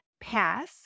pass